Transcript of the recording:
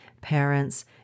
parents